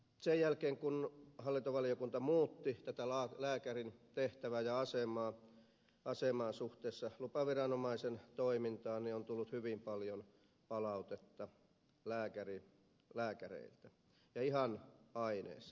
sen jälkeen kun hallintovaliokunta muutti tätä lääkärin tehtävää ja asemaa suhteessa lupaviranomaisen toimintaan on tullut hyvin paljon palautetta lääkäreiltä ja ihan aiheesta